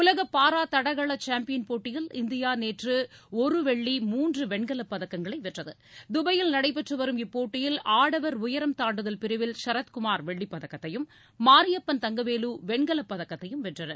உலக பாரா தடகள சாம்பியன் போட்டியில் இந்தியா நேற்று ஒரு வெள்ளி மூன்று வெண்கலப்பதக்கங்களை வென்றது தபாயில் நடைபெற்றுவரும் இப்போட்டியில் ஆடவர் உயரம் தாண்டுதல் பிரிவில் ஷரத்குமார் வெள்ளிப் பதக்கத்தையும் மாரியப்பன் தங்கவேலு வெண்கலப் பதக்கத்தையும் வென்றனர்